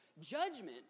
Judgment